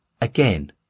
again